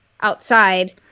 outside